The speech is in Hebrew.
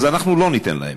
אז אנחנו לא ניתן להם.